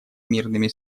мирными